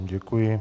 Děkuji.